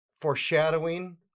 Foreshadowing